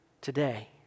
today